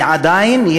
ועדיין,